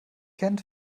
kennt